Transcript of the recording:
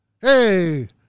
Hey